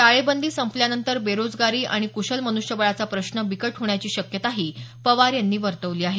टाळेबंदी संपल्यानंतर बेरोजगारी आणि कृशल मनृष्यबळाचा प्रश्न बिकट होण्याची शक्यताही पवार यांनी वर्तवली आहे